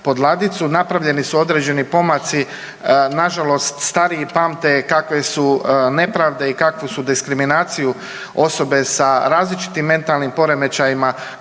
napravljeni su određeni pomaci, nažalost stariji pamte kakve su nepravde i kakvu su diskriminaciju osobe s različitim mentalnim poremećajima